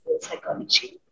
psychology